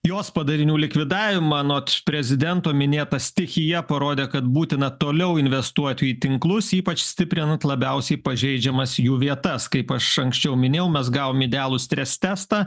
jos padarinių likvidavimą anot prezidento minėta stichija parodė kad būtina toliau investuoti į tinklus ypač stiprinant labiausiai pažeidžiamas jų vietas kaip aš anksčiau minėjau mes gavom idealų stres testą